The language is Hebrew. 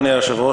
אדוני היושב-ראש,